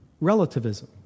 relativism